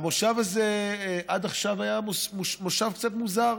המושב הזה היה עד עכשיו מושב קצת מוזר.